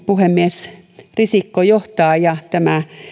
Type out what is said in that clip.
puhemies risikko johtaa ja tämä